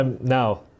Now